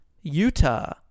Utah